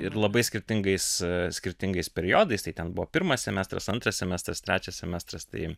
ir labai skirtingais skirtingais periodais tai ten buvo pirmas semestras antras semestras trečias semestras tai